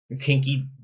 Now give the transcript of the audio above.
Kinky